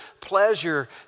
pleasure